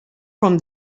from